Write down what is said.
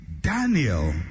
Daniel